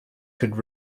could